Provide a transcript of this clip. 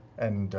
and